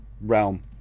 realm